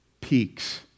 peaks